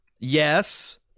yes